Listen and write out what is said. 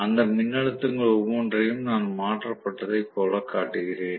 அந்த மின்னழுத்தங்கள் ஒவ்வொன்றையும் நான் மாற்றப்பட்டதைப் போல காட்டுகிறேன்